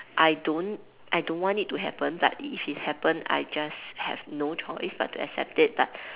I don't I don't want it to happen like if it happen I just have no choice but to accept it but